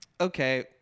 Okay